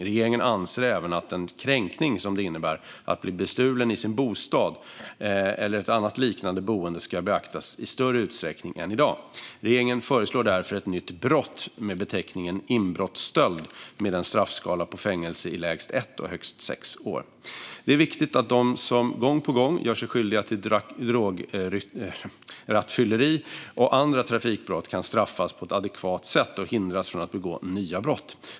Regeringen anser även att den kränkning som det innebär att bli bestulen i sin bostad eller ett annat liknande boende ska beaktas i större utsträckning än i dag. Regeringen föreslår därför också att ett nytt brott med beteckningen inbrottsstöld införs med en straffskala på fängelse i lägst ett och högst sex år. Det är viktigt att de som gång på gång gör sig skyldiga till drograttfylleri och andra trafikbrott kan straffas på ett adekvat sätt och hindras från att begå nya brott.